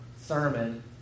sermon